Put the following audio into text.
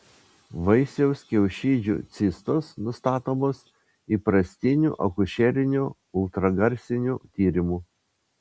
vaisiaus kiaušidžių cistos nustatomos įprastiniu akušeriniu ultragarsiniu tyrimu